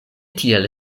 tiel